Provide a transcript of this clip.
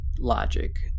logic